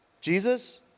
Jesus